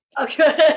Okay